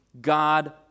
God